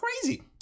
crazy